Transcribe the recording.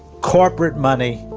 corporate money,